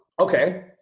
Okay